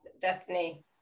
Destiny